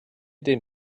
den